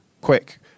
quick